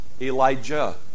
Elijah